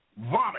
vomit